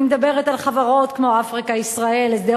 אני מדברת על חברות כמו "אפריקה-ישראל" הסדר